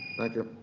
thank you.